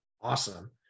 Awesome